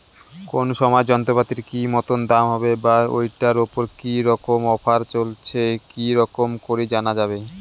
কোন সময় যন্ত্রপাতির কি মতন দাম হবে বা ঐটার উপর কি রকম অফার চলছে কি রকম করি জানা যাবে?